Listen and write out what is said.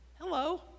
Hello